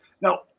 now